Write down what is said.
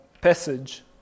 passage